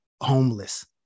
homeless